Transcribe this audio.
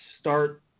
start